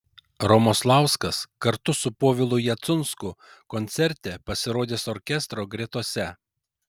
romoslauskas kartu su povilu jacunsku koncerte pasirodys orkestro gretose